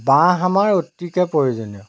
বাঁহ আমাৰ অতিকে প্ৰয়োজনীয়